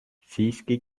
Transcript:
siiski